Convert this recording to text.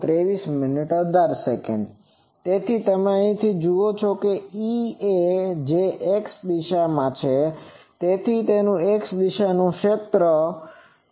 તેથી તમે અહીંથી જુઓ તો Ea જે X દિશામાં છે અને તે X દિશાનું ક્ષેત્ર છે